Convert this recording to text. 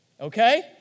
Okay